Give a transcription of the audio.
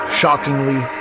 shockingly